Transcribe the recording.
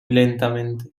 lentamente